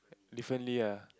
differently ah